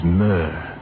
myrrh